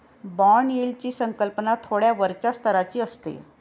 bond यील्डची संकल्पना थोड्या वरच्या स्तराची असते